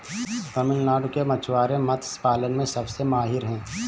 तमिलनाडु के मछुआरे मत्स्य पालन में सबसे माहिर हैं